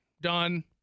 Done